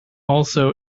also